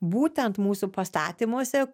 būtent mūsų pastatymuose